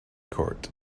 court